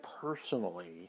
personally